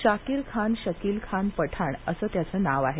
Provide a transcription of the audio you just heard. शाकीर खान शकील खान पठाण असं त्याचं नाव आहे